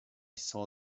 saw